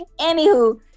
Anywho